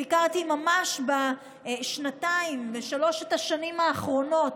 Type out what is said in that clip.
ביקרתי בשנתיים-שלוש האחרונות